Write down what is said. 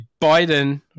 biden